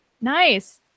Nice